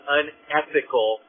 unethical